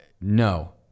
no